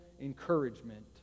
encouragement